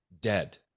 dead